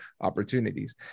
opportunities